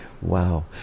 Wow